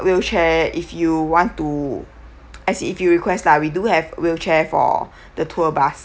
wheelchair if you want to as in if you request lah we do have wheelchair for the tour bus